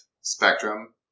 spectrum